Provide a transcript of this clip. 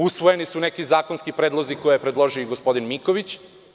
Usvojeni su neki zakonski predlozi koje je predložio i gospodin Miković.